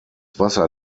wasser